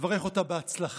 לברך אותה בהצלחה,